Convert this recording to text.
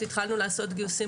התחלנו לעשות גיוסים,